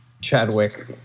Chadwick